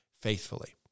faithfully